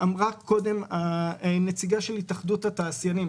דיברה קודם נציגת התאחדות התעשיינים,